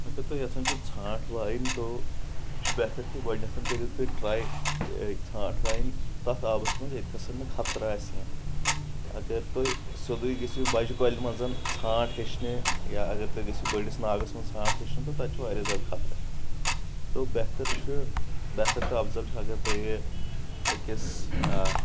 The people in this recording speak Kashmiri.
اگر تُہۍ یژھان چھِو ژھانٛٹ وایِن تو یہِ چھُ بہتر کہِ گۄڈٕنٮ۪تھ کٔرِو تُہۍ ٹراے ژھانٛٹ واینٕچ تتھ آبس منٛز ییٚتیٚس نہٕ خطرٕ آسہِ کینٛہہ اگر تُہۍ سیٚودُے گٔژھِو بجہِ کۄلہِ منٛز ژھانٛٹ ہیٚچھنہِ یا اگر تُہۍ گٔژھِو بٔڈِس ناگس منٛز ژھانٛٹ ہیٚچھنہِ تہٕ تتہِ چھ واریاہ زیادٕ خطرٕ تو بہتر چھُ بہتر تہٕ افضل چھُ اگر تُہۍ أکِس